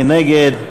מי נגד?